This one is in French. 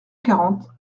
quarante